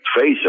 face